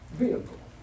vehicle